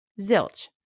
Zilch